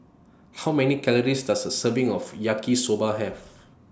How Many Calories Does A Serving of Yaki Soba Have